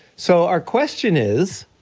so our question is?